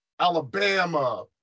Alabama